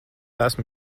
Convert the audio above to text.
esmu